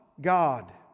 God